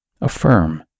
affirm